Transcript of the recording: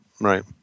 Right